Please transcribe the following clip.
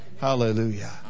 Hallelujah